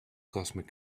cosmic